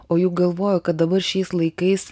o juk galvoju kad dabar šiais laikais